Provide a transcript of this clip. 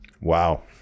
Wow